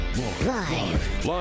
Live